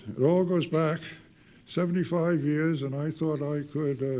it all goes back seventy five years and i thought i could